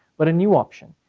but a new option.